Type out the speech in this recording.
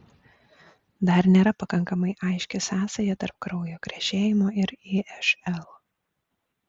dar nėra pakankamai aiški sąsaja tarp kraujo krešėjimo ir išl